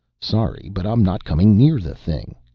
sorry, but i'm not coming near the thing.